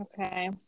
Okay